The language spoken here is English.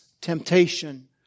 temptation